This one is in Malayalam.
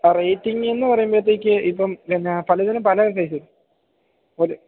ആ റേറ്റിങ്ങെന്ന് പറയുമ്പഴത്തേക്ക് ഇപ്പം എന്നാ പലതിനും പല ഇതായിരിക്കും ഒരു